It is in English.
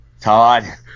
Todd